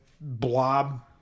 blob